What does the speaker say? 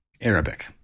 Arabic